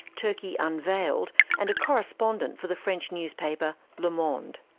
turkey unveiled and a correspondent for the french newspaper, le monde.